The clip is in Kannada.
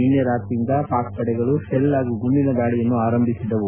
ನಿನ್ನೆ ರಾತ್ರಿಯಿಂದ ಪಾಕ್ ಪಡೆಗಳು ಶೆಲ್ ಹಾಗೂ ಗುಂಡಿನ ದಾಳಿಯನ್ನು ಆರಂಭಿಸಿದ್ದವು